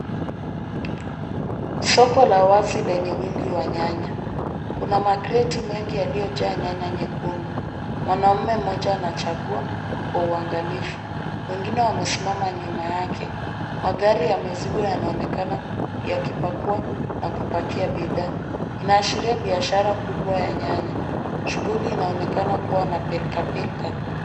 Soko la wazi lenye wingi wa nyanya. Kuna makreti mengi yaliyojaa nyanya nyekundu. Mwanaume mmoja anachagua kwa uangalifu. Wengine wamesimama nyuma yake. Magari ya mizigo yanaonekana yakipakua na kupakia bidhaa. Inaashiria biashara kubwa ya nyanya. Shughuli inaonekana kuwa na pilkapilka.